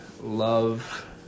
love